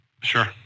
Sure